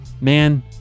Man